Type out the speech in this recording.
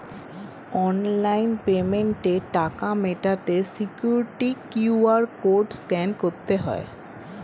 online পেমেন্টে টাকা মেটাতে সিকিউরিটি কিউ.আর কোড স্ক্যান করতে হয়